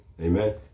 Amen